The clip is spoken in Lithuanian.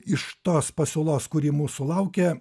iš tos pasiūlos kuri mūsų laukia